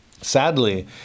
Sadly